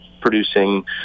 producing